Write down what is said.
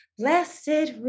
blessed